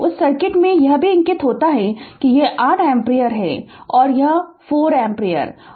उस सर्किट में यह भी अंकित होता है यह 8 एम्पीयर है और यह 4 एम्पीयर है